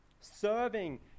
serving